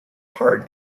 heart